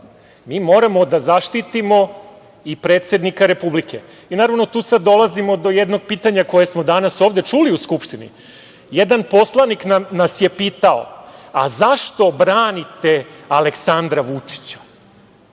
mi moramo da zaštitimo i predsednika Republike. Naravno, tu sada dolazimo do jednog pitanja koje smo danas ovde čuli u Skupštini. Jedan poslanik nas je pitao - zašto branite Aleksandra Vučića?